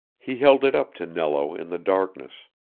he held it up to nello in the darkness.